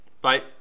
Bye